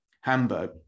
Hamburg